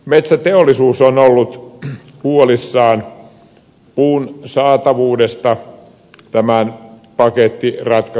metsäteollisuus on ollut huolissaan puun saatavuudesta tämän pakettiratkaisun jälkeen